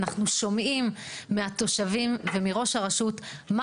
אנחנו שומעים מהתושבים ומראש הרשות מה